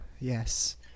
yes